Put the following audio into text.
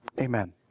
Amen